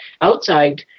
outside